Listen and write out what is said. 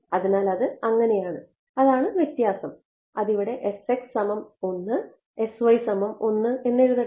അതിനാൽ അത് അങ്ങനെയാണ് അതാണ് വ്യത്യാസം അത് ഇവിടെ എന്നെഴുതട്ടെ